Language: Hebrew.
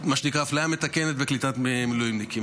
שנקרא אפליה מתקנת בקליטת מילואימניקים.